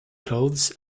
clothes